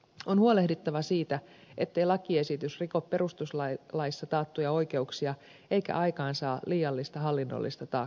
on huolehdittava siitä ettei lakiesitys riko perustuslaissa taattuja oikeuksia eikä aikaansaa liiallista hallinnollista taakkaa